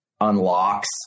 unlocks